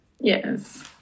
Yes